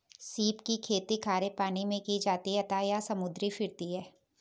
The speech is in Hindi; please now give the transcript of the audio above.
सीप की खेती खारे पानी मैं की जाती है अतः यह समुद्री फिरती है